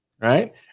right